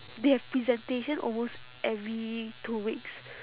they have presentation almost every two weeks